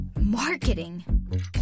Marketing